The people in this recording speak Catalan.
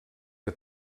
que